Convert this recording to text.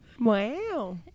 Wow